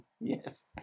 Yes